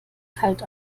kalt